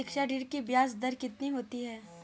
शिक्षा ऋण की ब्याज दर कितनी होती है?